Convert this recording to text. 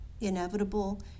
inevitable